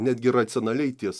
netgi racionaliai ties